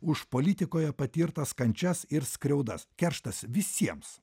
už politikoje patirtas kančias ir skriaudas kerštas visiems